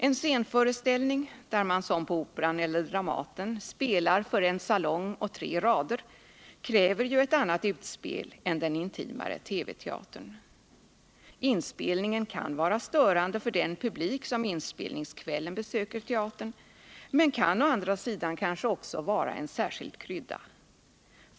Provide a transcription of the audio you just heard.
En scenföreställning där man som på Operan eller Dramaten spelar för en salong och tre rader kräver ett annat utspel än den intimare TV-teatern. Inspelningen kan vara störande för den publik som inspelningskvällen besöker teatern, men kan å andra sidan kanske också vara en särskild krydda.